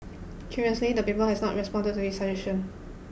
curiously the paper has not responded to this suggestion